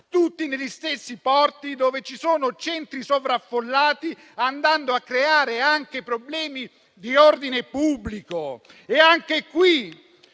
negli stessi porti dove ci sono centri sovraffollati, andando a creare anche problemi di ordine pubblico. A questo